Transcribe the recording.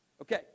Okay